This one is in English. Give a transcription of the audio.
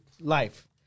life